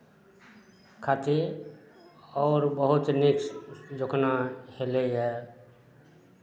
खातिर आओर बहुत नीक लोकनाइ हेलैए